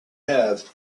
have